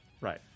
right